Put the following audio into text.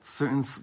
certain